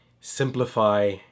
simplify